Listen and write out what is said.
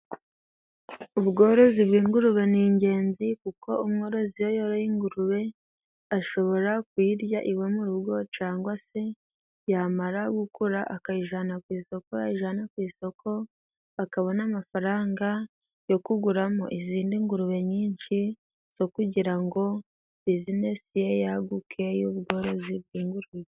Ubworozi bw'ingurube ni ingenzi kuko umworozi iyo yoroye ingurube ashobora kuyirya iwe mu rugo cyangwa se yamara gukura akayijyana ku isoko yayijyana ku isoko akabona amafaranga yo kuguramo izindi ngurube nyinshi zo kugira ngo bizinesi ye yaguke y'ubworozi bw'ingurube.